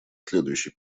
следующей